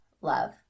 love